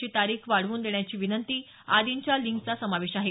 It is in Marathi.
ची तारीख वाढवून देण्याची विनंती आदिंच्या लिंकचा समावेश आहे